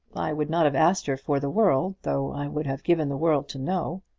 i would not have asked her for the world, though i would have given the world to know.